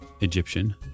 Egyptian